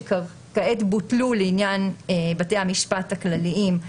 שכעת בוטלו לעניין בתי המשפט הכלליים.